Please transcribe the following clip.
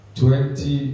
twenty